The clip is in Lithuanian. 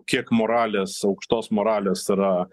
kiek moralės aukštos moralės yra